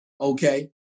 okay